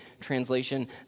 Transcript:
translation